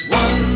one